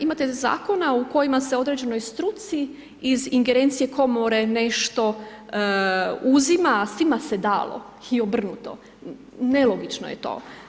Imate Zakona u kojima se određenoj struci iz ingerencije Komore nešto uzima, a svima se dalo i obrnuto, nelogično je to.